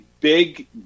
big